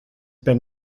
been